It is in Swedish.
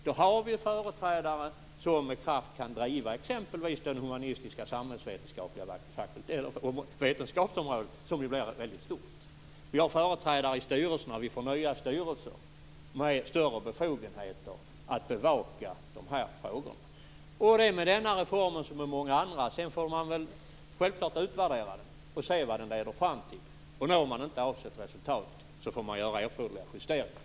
Då har vi företrädare som med kraft kan driva exempelvis det humanistiska och samhällsvetenskapliga vetenskapsområdet, som ju blir väldigt stort. Vi har företrädare i styrelserna, och vi får nya styrelser med större befogenheter att bevaka de här frågorna. Det är också med den här reformen som med många andra: Självklart får man sedan utvärdera den och se vad den leder fram till. Når man inte avsett resultat får man göra erforderliga justeringar.